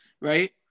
right